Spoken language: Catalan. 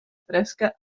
fresca